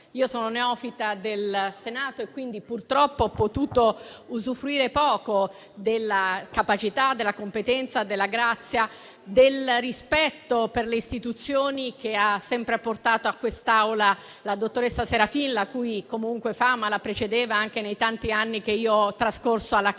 Io sono neofita del Senato e quindi, purtroppo, ho potuto usufruire poco della capacità, della competenza, della grazia, del rispetto per le istituzioni che ha sempre apportato a quest'Aula la dottoressa Serafin, la cui fama, comunque, la precedeva anche nei tanti anni che io ho trascorso alla Camera.